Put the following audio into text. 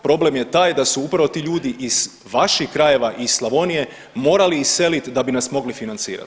Problem je taj da su upravo ti ljudi iz vaših krajeva iz Slavonije morali iseliti da bi nas mogli financirati.